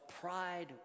pride